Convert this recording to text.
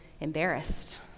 embarrassed